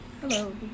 Hello